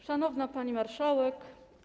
Szanowna Pani Marszałek!